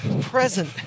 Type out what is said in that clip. present